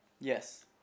Yes